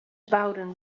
bouwden